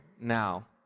now